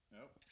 Nope